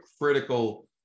critical